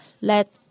Let